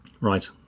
Right